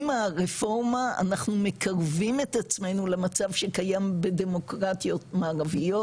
עם הרפורמה אנחנו מקווים את עצמנו למצב שקיים בדמוקרטיות מערביות,